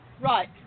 Right